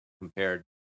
compared